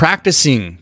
Practicing